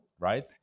right